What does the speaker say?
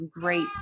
great